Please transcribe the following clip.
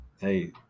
Hey